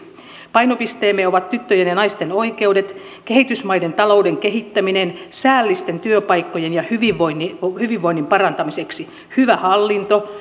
painopisteemme ovat tyttöjen ja naisten oikeudet kehitysmaiden talouden kehittäminen säällisten työpaikkojen ja hyvinvoinnin hyvinvoinnin parantamiseksi hyvä hallinto